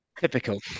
Typical